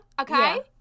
Okay